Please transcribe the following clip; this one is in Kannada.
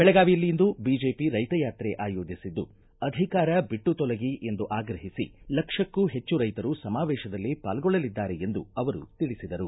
ಬೆಳಗಾವಿಯಲ್ಲಿ ಇಂದು ಬಿಜೆಪಿ ರೈತ ಯಾತ್ರೆ ಆಯೋಜಿಸಿದ್ದು ಅಧಿಕಾರ ಬಿಟ್ಟು ತೊಲಗಿ ಎಂದು ಆಗ್ರಹಿಸಿ ಲಕ್ಷಕ್ಕೂ ಹೆಚ್ಚು ರೈತರು ಸಮಾವೇಶದಲ್ಲಿ ಪಾಲ್ಗೊಳ್ಳಲಿದ್ದಾರೆ ಎಂದು ಅವರು ತಿಳಿಸಿದರು